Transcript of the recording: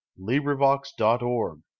LibriVox.org